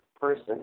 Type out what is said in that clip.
person